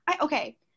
Okay